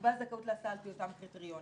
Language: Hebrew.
תקבע זכאות לפי אותם קריטריונים.